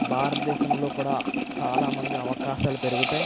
భారతదేశంలో కూడా చాలామంది అవకాశాలు పెరుగుతాయి